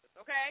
okay